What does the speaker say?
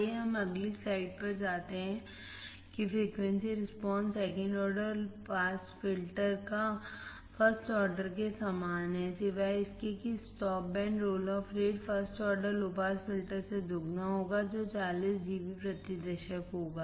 आइए हम अगली स्लाइड पर जाते हैं कि frequency response second order pass filter का फर्स्ट ऑर्डर के समान है सिवाय इसके कि stop band roll off rate first order low pass filter से दोगुना होगा जो 40 डीबी प्रति दशक होगा